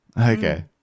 Okay